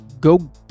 go